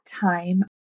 time